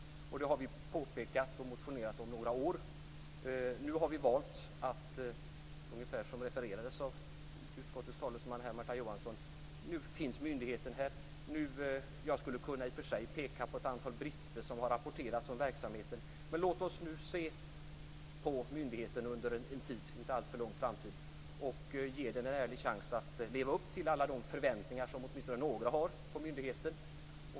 Det har vi påpekat och motionerat om under några år. Som refererades av utskottets talesman Märta Johansson finns myndigheten här nu. Jag skulle i och för sig kunna peka på ett antal brister som har rapporterats om verksamheten, men låt oss nu se på myndigheten under en tid - inte alltför lång tid - och ge den en ärlig chans att leva upp till alla de förväntningar som åtminstone några har på myndigheten.